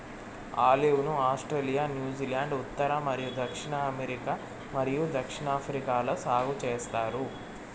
olive ను Australia, New Zealand, ఉత్తర మరియు దక్షిణ అమెరికా మరియు దక్షిణాఫ్రికాలో సాగు చేస్తారు